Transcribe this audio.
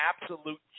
absolute